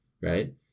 right